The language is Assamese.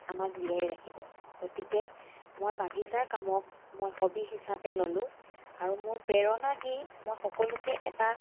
আমাৰ জীয়াই ৰাখিব গতিকে মই বাগিচাৰ কামক মই হবী হিচাপে ললোঁ আৰু মোৰ প্ৰেৰণা কি মই সকলোকে এটা